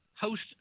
host